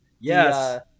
Yes